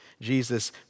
Jesus